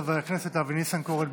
חבר הכנסת אבי ניסנקורן,